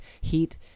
heat